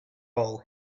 all